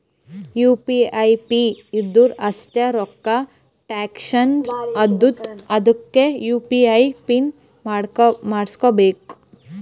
you P I pin ಇದ್ದುರ್ ಅಷ್ಟೇ ರೊಕ್ಕಾ ಟ್ರಾನ್ಸ್ಫರ್ ಆತ್ತುದ್ ಅದ್ಕೇ ಯು.ಪಿ.ಐ ಪಿನ್ ಮಾಡುಸ್ಕೊಬೇಕ್